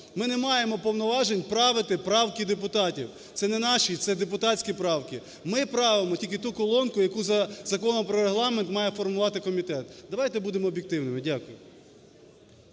Ми не маємо повноважень правити правки депутатів, це не наші, це депутатські правки. Ми правимо тільки ту колонку, яку за Законом про Регламент має формувати комітет. Давайте будемо об'єктивними. Дякую.